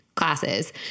classes